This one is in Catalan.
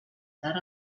tard